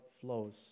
flows